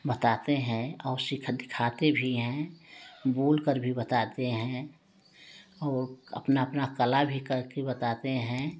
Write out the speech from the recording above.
बताते हैं और दिखाते भी हैं बोलकर भी बताते हैं और अपना अपना कला भी कर के बताते हैं